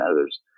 others